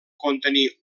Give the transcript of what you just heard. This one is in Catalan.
contenir